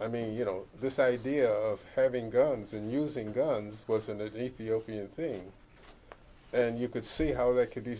i mean you know this idea of having guns and using guns wasn't it ethiopian thing and you could see how they could be